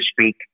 speak